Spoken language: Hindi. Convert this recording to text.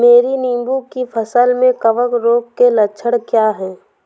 मेरी नींबू की फसल में कवक रोग के लक्षण क्या है?